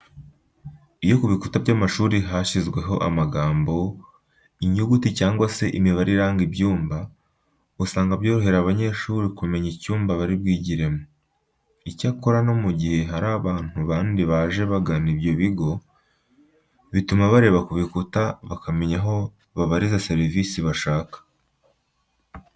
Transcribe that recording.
Iyo ku bikuta by'amashuri hashyizweho amagambo, inyuguti cyangwa se imibare iranga ibyumba, usanga byorohera abanyeshuri kumenya icyumba bari bwigiremo. Icyakora no mu gihe hari abantu bandi baje bagana ibyo bigo, bituma bareba ku bikuta bakamenya aho babariza serivisi bashaka.